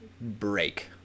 break